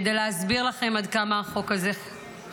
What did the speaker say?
כדי להסביר לכם עד כמה החוק הזה חשוב.